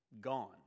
gone